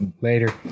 Later